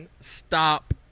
stop